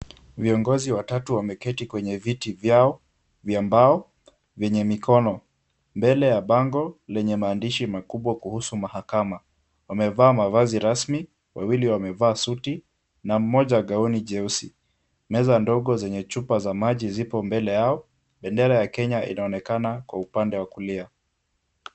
Viongozi watatu wameketi kwenye viti vyao vya mbao vyenye mikono, mbele ya bango lenye maandishi makubwa kuhusu mahakama, wamevaa mavazi rasmi, wawili wamevaa suti na mmoja gauni jeusi. Meza ndogo zenye chupa za maji ziko mbele yao, bendera ya Kenya inaonekana kwa upande wa kulia.